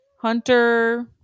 Hunter